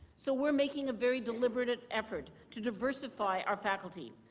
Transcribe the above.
so we're making a very deliberative effort to diversify our faculty,